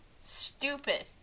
stupid